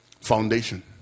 Foundation